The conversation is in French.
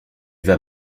vas